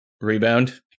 Rebound